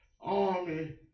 army